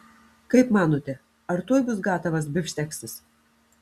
kaip manote ar tuoj bus gatavas bifšteksas